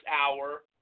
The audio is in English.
hour